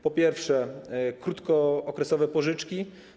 Po pierwsze, krótkookresowe pożyczki.